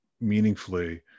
meaningfully